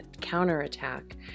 counterattack